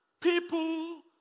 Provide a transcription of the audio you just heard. people